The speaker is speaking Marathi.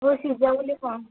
हो शिजवली पण